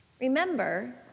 Remember